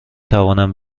توانم